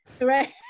right